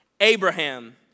Abraham